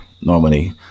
normally